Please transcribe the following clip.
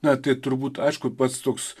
na tai turbūt aišku pats toks